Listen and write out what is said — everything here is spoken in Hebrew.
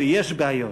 ויש בעיות,